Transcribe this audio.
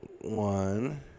one